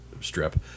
strip